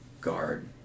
Guard